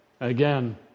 again